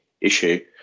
issue